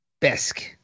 besk